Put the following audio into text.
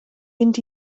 mynd